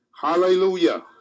hallelujah